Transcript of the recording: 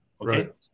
Right